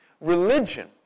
religion